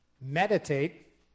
Meditate